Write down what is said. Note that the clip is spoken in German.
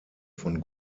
von